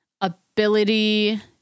ability